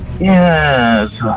yes